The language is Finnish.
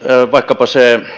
vaikkapa